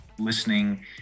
listening